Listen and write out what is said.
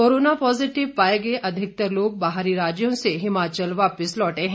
corona positive पाए गए अधिकतर लोग बाहरी राज्यों से हिमाचल वापस लौटे हैं